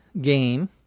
game